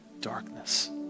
darkness